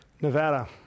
Nevada